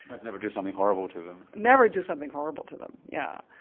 i'd never do something horrible to them. never do something horrible to them yeah